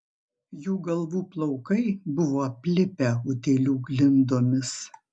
jų galvų plaukai buvo aplipę utėlių glindomis